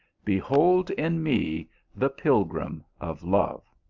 behold in me the pilgrim of love.